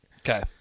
Okay